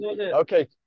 Okay